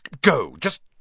go—just